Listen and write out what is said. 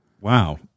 Wow